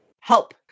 Help